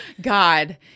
God